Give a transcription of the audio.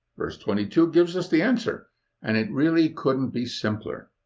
verse twenty two gives us the answer and it really couldn't be simpler.